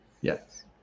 Yes